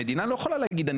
המדינה לא יכולה להגיד,